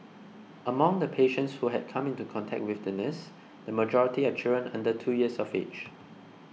among the patients who had come into contact with the nurse the majority are children under two years of age